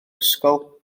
ysgol